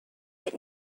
but